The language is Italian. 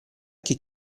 chi